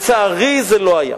לצערי, זה לא היה.